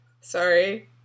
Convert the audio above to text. Sorry